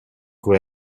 cui